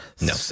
No